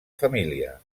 família